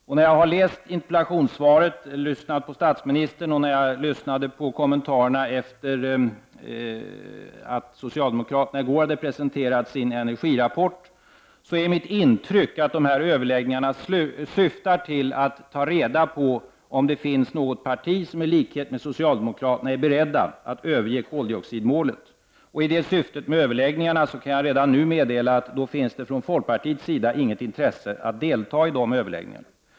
Efter det att jag läst interpellationssvaret, och efter det att jag lyssnat på statsministern och kommentarerna sedan socialdemokraterna i går presenterat sin energirapport, är mitt intryck att dessa överläggningar syftar till att ta reda på om det finns något parti som i likhet med det socialdemokratiska är berett att överge koldioxidmålet. Om detta är syftet med överläggningarna kan jag redan nu meddela att det i så fall från folkpartiets sida inte finns något intresse av att delta i de överläggningarna.